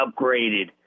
upgraded